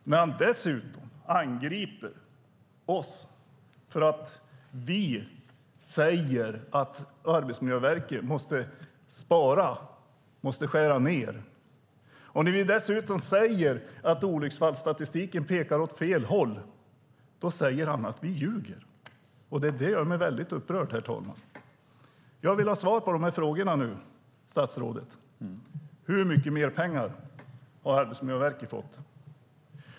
Han angriper dessutom oss för att vi säger att Arbetsmiljöverket måste spara och skära ned. När vi säger att olycksfallsstatistiken pekar åt fel håll säger han att vi ljuger. Det gör mig väldigt upprörd, herr talman. Jag vill nu ha svar på frågorna, statsrådet. Hur mycket mer pengar har Arbetsmiljöverket fått?